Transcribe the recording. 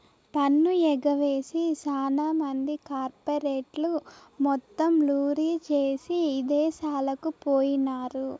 పన్ను ఎగవేసి సాన మంది కార్పెరేట్లు మొత్తం లూరీ జేసీ ఇదేశాలకు పోయినారు